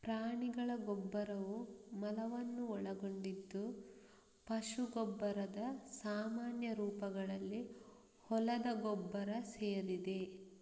ಪ್ರಾಣಿಗಳ ಗೊಬ್ಬರವು ಮಲವನ್ನು ಒಳಗೊಂಡಿದ್ದು ಪಶು ಗೊಬ್ಬರದ ಸಾಮಾನ್ಯ ರೂಪಗಳಲ್ಲಿ ಹೊಲದ ಗೊಬ್ಬರ ಸೇರಿದೆ